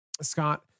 Scott